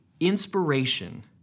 Inspiration